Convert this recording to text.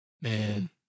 man